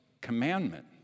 commandment